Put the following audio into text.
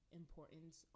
importance